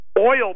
Oil